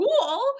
Cool